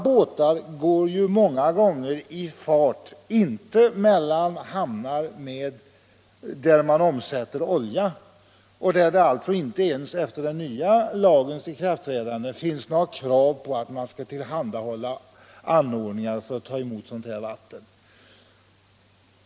Båtarna går ju många gånger mellan hamnar där man inte omsätter olja och där det alltså inte ens efter den nya lagens ikraftträdande finns några krav på att man skall tillhandahålla anordningar för att ta emot sådant vatten.